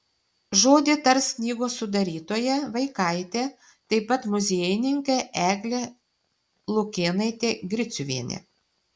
žodį tars knygos sudarytoja vaikaitė taip pat muziejininkė eglė lukėnaitė griciuvienė